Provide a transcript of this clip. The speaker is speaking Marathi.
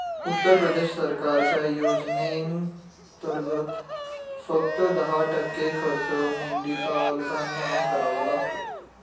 उत्तर प्रदेश सरकारच्या योजनेंतर्गत, फक्त दहा टक्के खर्च मेंढीपालकांना करावा लागतो